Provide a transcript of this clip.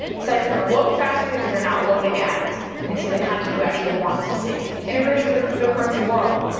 sites are going to load faster because they're not loading ads. ads. you can see the content you actually want to see. integration with the crypto currency world,